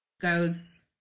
goes